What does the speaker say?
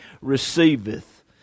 receiveth